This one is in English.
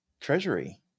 Treasury